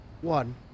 One